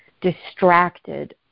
distracted